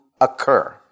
occur